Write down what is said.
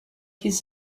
his